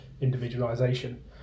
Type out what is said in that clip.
individualisation